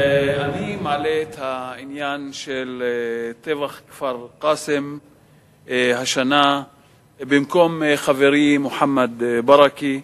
אני מעלה את העניין של טבח כפר-קאסם השנה במקום חברי מוחמד ברכה,